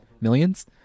millions